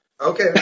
Okay